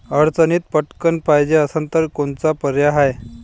अडचणीत पटकण पायजे असन तर कोनचा पर्याय हाय?